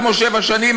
כמו שבע שנים,